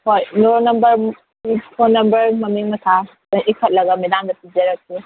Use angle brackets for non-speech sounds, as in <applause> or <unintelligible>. ꯍꯣꯏ roll number <unintelligible> phone number ꯃꯃꯤꯡ ꯃꯊꯥ ꯂꯣꯏꯅ ꯏꯈꯠꯂꯒ ꯃꯦꯗꯥꯝꯗ ꯄꯤꯖꯔꯛꯀꯦ